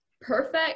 perfect